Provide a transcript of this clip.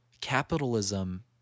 Capitalism